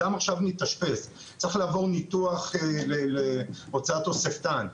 אם אדם מתאשפז וצריך לעבור ניתוח להוצאת תוספתן,